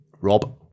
Rob